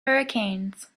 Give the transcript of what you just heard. hurricanes